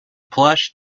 plush